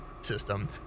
system